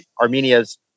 Armenia's